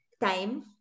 time